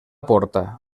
porta